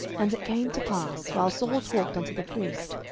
and it came to pass, while saul talked unto the priest,